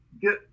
get